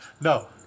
No